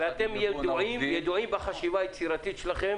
העובדים --- ואתם ידועים בחברה היצירתית שלכם